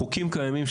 חוקים קיימים,